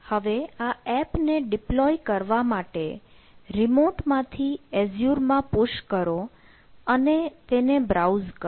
હવે આ એપને ડિપ્લોય કરવા માટે રીમોટ માંથી એઝ્યુર માં પુશ કરો અને તેને બ્રાઉઝ કરો